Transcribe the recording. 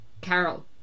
Carol